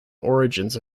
origins